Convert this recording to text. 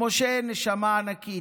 למשה יש נשמה ענקית.